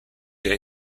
der